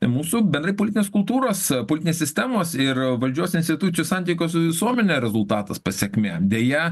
mūsų bendrai politinės kultūros politinės sistemos ir valdžios institucijų santykio su visuomene rezultatas pasekmė deja